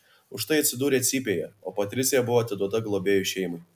už tai atsidūrė cypėje o patricija buvo atiduota globėjų šeimai